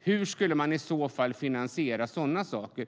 Hur skulle man i så fall finansiera sådana saker?